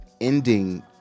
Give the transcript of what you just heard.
ending